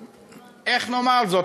איך נאמר זאת,